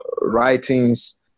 writings